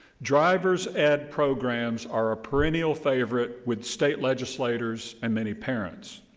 drivers ed programs are a perennial favorite with state legislators and many parents.